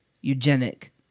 eugenic